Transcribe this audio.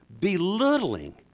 belittling